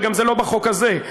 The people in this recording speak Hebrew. וזה גם לא בחוק הזה.